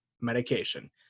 medication